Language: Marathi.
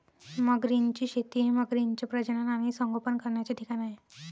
मगरींची शेती हे मगरींचे प्रजनन आणि संगोपन करण्याचे ठिकाण आहे